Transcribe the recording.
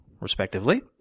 respectively